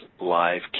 live